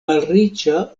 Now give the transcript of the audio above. malriĉa